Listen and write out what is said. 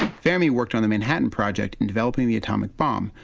fermi worked on the manhattan project in developing the atomic bomb,